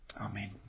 Amen